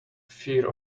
fear